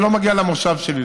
זה לא מגיע למושב שלי,